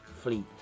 fleet